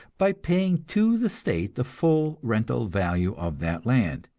by paying to the state the full rental value of that land,